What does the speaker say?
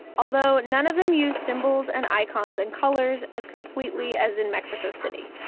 although none of them used symbols and icons and colors as completely as in mexico city